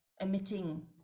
emitting